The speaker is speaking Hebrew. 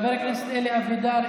חבר הכנסת אלי אבידר,